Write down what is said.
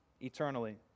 eternally